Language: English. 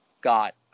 got